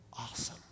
Awesome